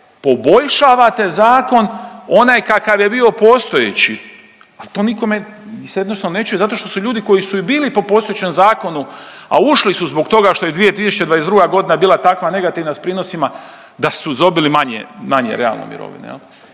poboljšavate zakon onaj kakav je bio postojeći al to nikome se jednostavno ne čuje zato što su ljudi koji su i bili po postojećem zakonu, a ušli su zbog toga što je 2022. godina bila takva negativna s prinosima, da su dobili manje, manje realno mirovine.